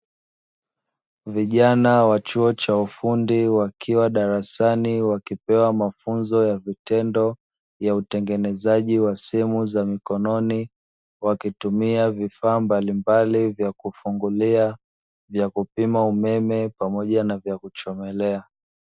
Vijana wa chuo cha ufundi wakiwa darasani wakipewa mafunzo ya vitendo vya utengenezaji wa simu za mikononi, wakitumia vifaa mbalimbali vya kufungulia, vya kupima umeme, pamoja na vya kuchomelea.